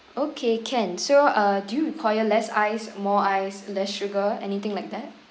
okay can so uh do you require less ice more ice less sugar anything like that